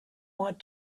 want